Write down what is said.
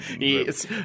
Yes